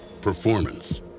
Performance